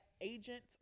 agent